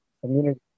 community